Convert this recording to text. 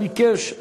הוא ביקש.